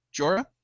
jorah